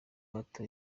gato